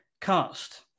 Cast